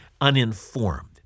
uninformed